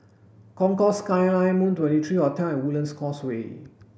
Concourse Skyline Moon twenty three Hotel Woodlands Causeway